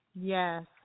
Yes